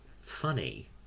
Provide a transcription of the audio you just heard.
funny